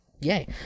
yay